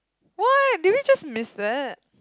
what did we just miss that